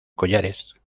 collares